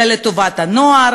אלא לטובת הנוער,